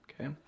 okay